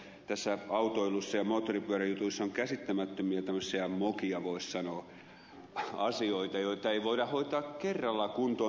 tässä autoilussa ja moottoripyöräjutuissa on käsittämättömiä tämmöisiä mokia voisi sanoa asioita joita ei voida hoitaa kerralla kuntoon